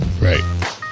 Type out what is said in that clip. right